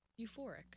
Euphoric